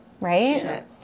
right